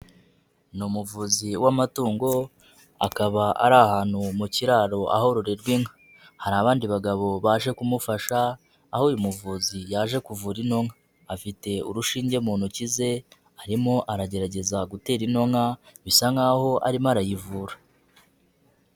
Ni umuvuzi w'amatungo akaba ari ahantu mu kiraro ahororerwa inka, hari abandi bagabo baje kumufasha aho uyu muvuzi yaje kuvura ino nka, afite urushinge mu ntoki ze arimo aragerageza gutera ino bisa nk'aho arimo arayivura.